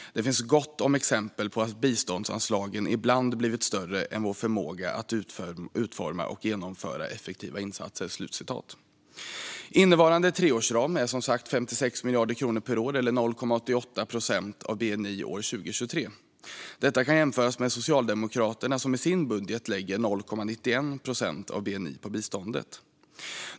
Det finns gott om exempel på att biståndsanslagen ibland blivit större än vår förmåga att utforma och genomföra effektiva insatser. Innevarande treårsram är som sagt 56 miljarder kronor per år, eller 0,88 procent av bni år 2023. Detta kan jämföras med Socialdemokraterna, som i sin budget lägger 0,91 procent av bni på biståndet.